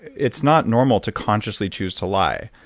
it's not normal to consciously choose to lie.